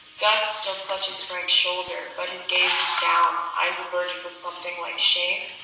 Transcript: gus still clutches frank's shoulder, but his gaze is down, eyes averted with something like shame?